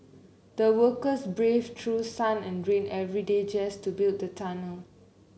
the workers braved through sun and rain every day just to build the tunnel